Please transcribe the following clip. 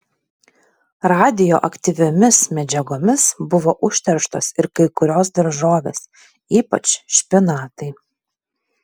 radioaktyviomis medžiagomis buvo užterštos ir kai kurios daržovės ypač špinatai